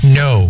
no